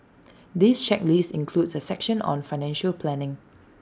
this checklist includes A section on financial planning